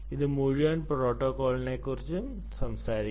ഇത് ഈ മുഴുവൻ പ്രോട്ടോക്കോളിനെക്കുറിച്ചും സംസാരിക്കുന്നു